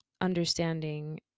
understanding